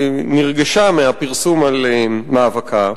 נרגשה מהפרסום על מאבקה,